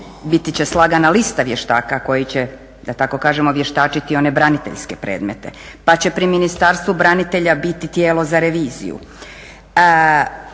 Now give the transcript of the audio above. bit će slagana lista vještaka koji će da tako kažemo vještačiti one braniteljske predmete, pa će pri Ministarstvu branitelja biti tijelo za reviziju.